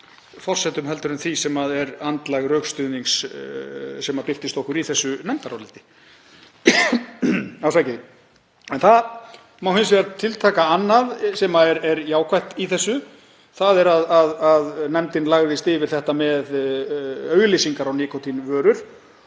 sem er andlag rökstuðnings sem birtist okkur í þessu nefndaráliti. Það má hins vegar tiltaka annað sem er jákvætt í þessu, þ.e. að nefndin lagðist yfir auglýsingar á nikótínvörum